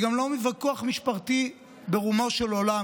היא גם לא ויכוח משפטי ברומו של עולם,